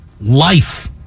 life